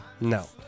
No